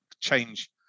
change